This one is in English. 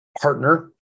partner